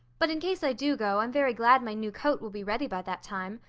but in case i do go i'm very glad my new coat will be ready by that time.